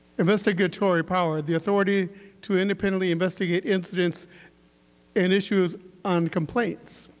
investigatory power, the authority to independently investigate incidents and issues on complaints,